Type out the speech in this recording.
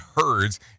herds